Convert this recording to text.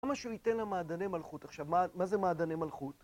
למה שהוא ייתן לה מעדני מלכות עכשיו? מה זה מעדני מלכות?